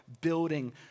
building